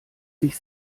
sich